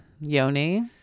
yoni